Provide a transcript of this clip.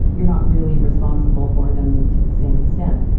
you are not really responsible for them to the same extent.